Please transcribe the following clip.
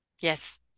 Yes